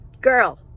Girl